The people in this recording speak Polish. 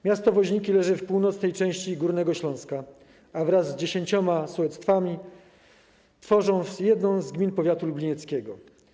Miasto Woźniki leży w północnej części Górnego Śląska, a wraz z 10 sołectwami współtworzy jedną z gmin powiatu lublinieckiego.